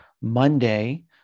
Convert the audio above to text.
Monday